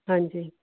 ਹਾਂਜੀ